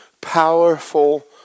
powerful